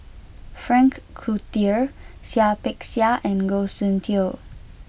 Frank Cloutier Seah Peck Seah and Goh Soon Tioe